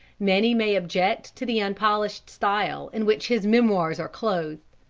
many may object to the unpolished style in which his memoirs are clothed,